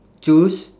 choose